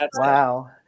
Wow